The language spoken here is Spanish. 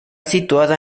situada